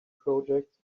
projects